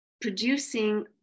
producing